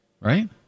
Right